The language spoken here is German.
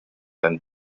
ein